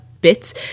bits